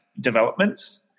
developments